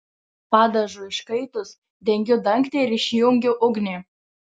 padažui užkaitus dengiu dangtį ir išjungiu ugnį